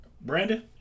Brandon